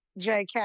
JK